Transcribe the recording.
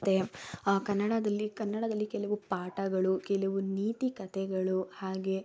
ಮತ್ತು ಕನ್ನಡದಲ್ಲಿ ಕನ್ನಡದಲ್ಲಿ ಕೆಲವು ಪಾಠಗಳು ಕೆಲವು ನೀತಿ ಕಥೆಗಳು ಹಾಗೆಯೇ